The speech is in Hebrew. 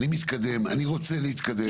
אני רוצה להתקדם.